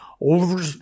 over